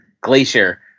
glacier